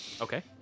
Okay